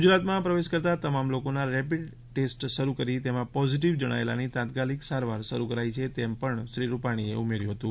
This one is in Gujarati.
ગુજરાતમાં પ્રવેશ કરતાં તમામ લોકોના રેપીડ ટેસ્ટ શરૂ કરી તેમાં પોઝિટિવ જણાયેલાની તાત્કાલિક સારવાર શરૂ કરાઈ છે તેમ પણ શ્રી રૂપાણીએ ઉમેર્યું હતું